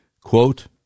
Quote